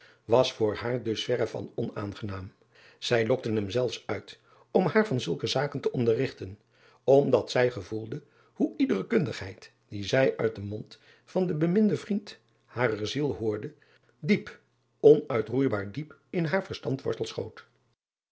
was voor haar dus verre van onaangenaam zij lokte hem zelfs uit om haar van zulke zaken te onderrigten omdat zij gevoelde hoe iedere kundigheid die zij uit den mond van den beminden vriend harer ziele hoorde diep onuitroeibaar diep in haar verstand wortel schoot